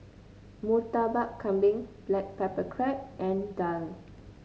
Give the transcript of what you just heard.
Murtabak Kambing Black Pepper Crab and daal